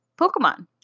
Pokemon